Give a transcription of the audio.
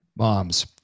moms